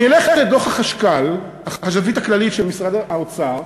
אני אלך לדוח החשכ"ל, החשבת הכללית של משרד האוצר,